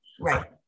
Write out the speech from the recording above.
Right